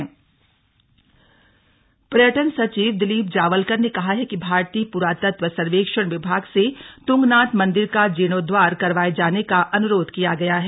पर्यटन सचिव पर्यटन सचिव दिलीप जावलकर ने कहा है कि भारतीय पुरातत्व सर्वेक्षण विभाग से तुंगनाथ मंदिर का जीर्णोदधार करवाए जाने का अन्रोध किया गया है